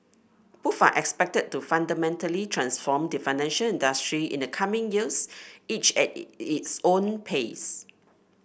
both are expected to fundamentally transform the financial industry in the coming years each at its own pace